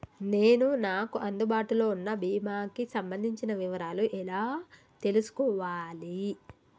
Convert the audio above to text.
నేను నాకు అందుబాటులో ఉన్న బీమా కి సంబంధించిన వివరాలు ఎలా తెలుసుకోవాలి?